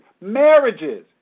marriages